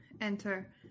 enter